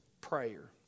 prayer